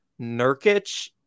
Nurkic